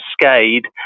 cascade